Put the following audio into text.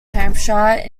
hampshire